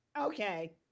Okay